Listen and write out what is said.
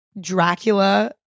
Dracula